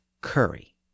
curry